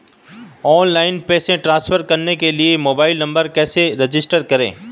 Online पैसे transfer करने के लिए मोबाइल नंबर कैसे रजिस्टर करें?